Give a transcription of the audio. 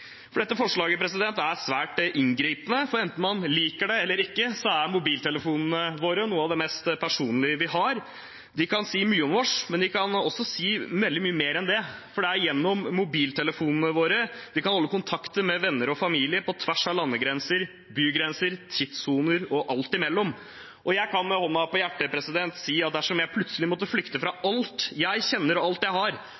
Dette forslaget er svært inngripende. Enten man liker det eller ikke, er mobiltelefonene våre noe av det mest personlige vi har. De kan si mye om oss, men de kan også si veldig mye mer enn det, for det er gjennom mobiltelefonene våre vi kan holde kontakten med venner og familie på tvers av landegrenser, bygrenser, tidssoner og alt imellom. Jeg kan med hånda på hjertet si at dersom jeg plutselig måtte flykte fra